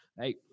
Hey